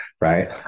right